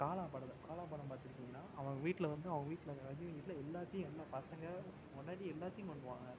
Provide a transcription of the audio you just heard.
காலா படத்தை காலா படம் பார்த்துருக்கீங்களா அவன் வீட்டில் வந்து அவங்க வீட்டில் அதாவது இல்லை எல்லாத்தேயும் எல்லா பசங்கள் பெண்டாட்டி எல்லாத்தேயும் கொன்றுடுவாங்க